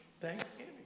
Thanksgiving